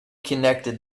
connected